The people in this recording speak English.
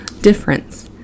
difference